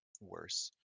worse